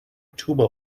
tuba